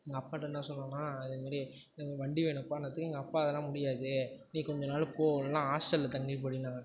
எங்கள் அப்பாகிட்ட என்ன சொன்னேன்னால் இதே மாதிரி எனக்கு ஒரு வண்டி வேணும்ப்பானத்துக்கு எங்கள் அப்பா அதெலாம் முடியாது நீ கொஞ்சம் நாள் போ இல்லைனா ஹாஸ்ட்டலில் தங்கி படின்னாங்க